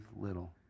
little